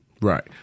Right